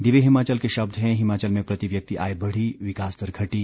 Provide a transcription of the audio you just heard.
दिव्य हिमाचल के शब्द हैं हिमाचल में प्रति व्यक्ति आय बढ़ी विकास दर घटी